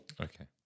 Okay